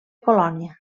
colònia